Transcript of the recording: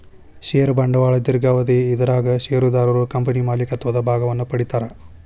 ಷೇರ ಬಂಡವಾಳ ದೇರ್ಘಾವಧಿ ಇದರಾಗ ಷೇರುದಾರರು ಕಂಪನಿ ಮಾಲೇಕತ್ವದ ಭಾಗವನ್ನ ಪಡಿತಾರಾ